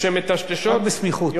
רק בסמיכות.